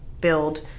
build